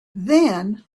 then